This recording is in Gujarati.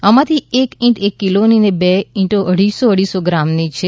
આમાંથી એક ઇંટ એક કિલોની અને બે ઇંટો અઢીસો અઢીસો ગ્રામની છે